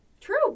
True